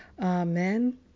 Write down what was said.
Amen